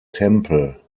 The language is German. tempel